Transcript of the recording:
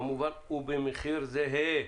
כמובן ובמחיר זהה.